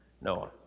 Noah